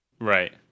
Right